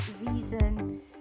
season